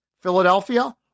Philadelphia